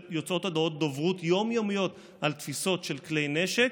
יוצאות הודעות דוברות יום-יומיות על תפיסות של כלי נשק.